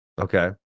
okay